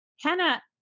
Hannah